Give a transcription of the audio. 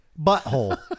butthole